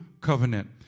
covenant